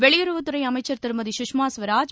வெளியுறவுத்துறை அமைச்ச் திருமதி சுஷ்மா சுவராஜ்